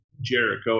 Jericho